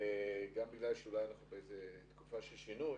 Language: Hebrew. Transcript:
גם בגלל שאנחנו בתקופה של שינוי,